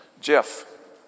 Jeff